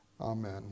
Amen